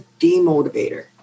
demotivator